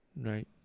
right